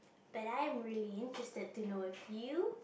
but I'm really interested to know if you